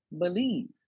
believe